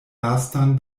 lastan